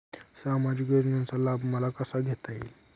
सामाजिक योजनेचा लाभ मला कसा घेता येईल?